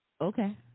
okay